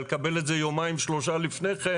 אלא לקבל את זה יומיים-שלושה לפני כן